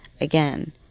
Again